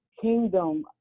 kingdom